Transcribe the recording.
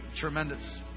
tremendous